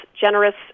generous